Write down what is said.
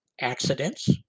accidents